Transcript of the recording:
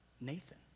nathan